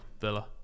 Villa